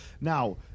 Now